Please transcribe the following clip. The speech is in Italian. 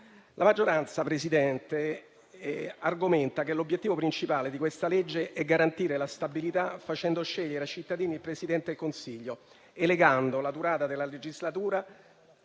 maggioranza, la quale argomenta come l'obiettivo principale di questo disegno di legge sia garantire la stabilità, facendo scegliere ai cittadini il Presidente del Consiglio e legando la durata della legislatura